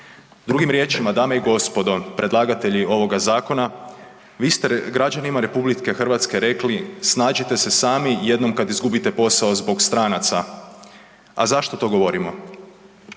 Drugim riječima, dame i gospodo, predlagatelji ovoga zakona, vi ste građanima RH rekli snađite se sami jednom kad izgubite posao radi stranaca. A zašto to govorimo?